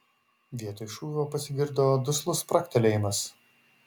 vietoj šūvio pasigirdo duslus spragtelėjimas